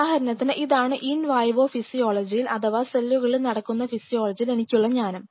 ഉദാഹരണത്തിന് ഇതാണ് in vivo ഫിസിയോളജിയിൽ അഥവാ സെല്ലുകളിൽ നടക്കുന്ന ഫിസിയോളജിയിൽ എനിക്കുള്ള ജ്ഞാനം